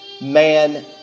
man